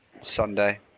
Sunday